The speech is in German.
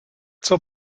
zur